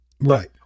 right